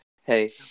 hey